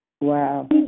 Wow